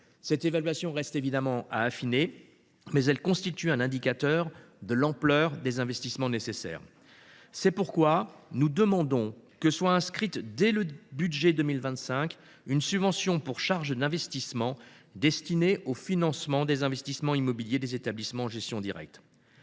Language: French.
Cette évaluation reste évidemment à affiner, mais elle constitue un indicateur de l’ampleur des investissements nécessaires. C’est pourquoi nous demandons que soit inscrite dès le budget 2025 une subvention pour charges d’investissement destinée au financement des investissements immobiliers des établissements en gestion directe.